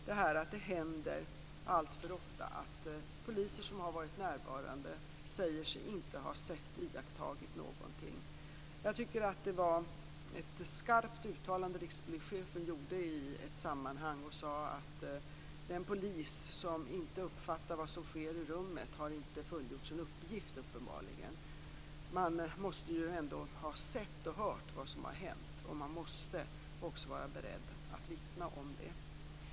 Det händer alltför ofta att poliser som har varit närvarande säger sig inte ha sett eller iakttagit någonting. Jag tycker att det var ett skarpt uttalande rikspolischefen gjorde i ett sammanhang. Han sade att den polis som inte uppfattar vad som sker i rummet uppenbarligen inte har fullgjort sin uppgift. Man måste ändå ha sett och hört vad som har hänt, och man måste också vara beredd att vittna om det.